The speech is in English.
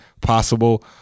possible